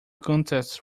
contests